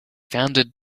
founded